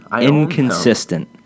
inconsistent